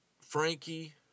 Frankie